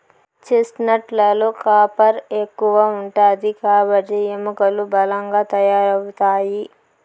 chestnut లలో copper ఎక్కువ ఉంటాది కాబట్టి ఎముకలు బలంగా తయారవుతాయి